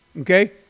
Okay